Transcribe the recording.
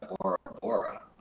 Bora-Bora